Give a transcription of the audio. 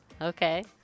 Okay